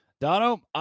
Dono